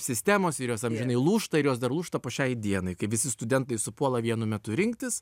sistemos ir jos amžinai lūžta ir jos dar lūžta po šiai dienai kai visi studentai supuola vienu metu rinktis